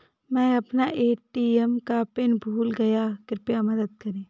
मै अपना ए.टी.एम का पिन भूल गया कृपया मदद करें